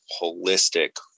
holistic